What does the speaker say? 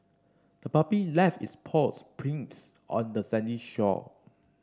the puppy left its paw prints on the sandy shore